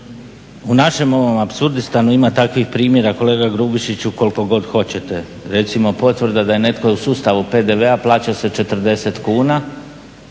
U našem ovom apsurdistanu ima takvih primjera kolega Grubišiću koliko god hoćete. Recimo potvrda da je netko u sustavu PDV-a plaća se 40 kuna,